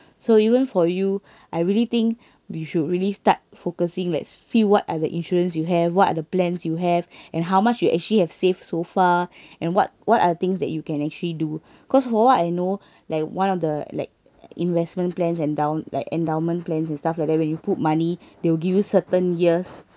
so even for you I really think you should really start focusing like see what are the insurance you have what are the plans you have and how much you actually have saved so far and what what are the things that you can actually do cause for what I know like one of the like investment plans and down like endowment plans and stuff like that when you put money they will give certain years